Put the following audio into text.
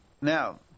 now